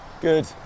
good